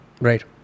Right